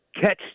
Catch